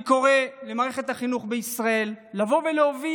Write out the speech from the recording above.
אני קורא למערכת החינוך בישראל להוביל